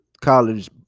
college